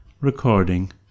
Recording